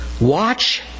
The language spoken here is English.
Watch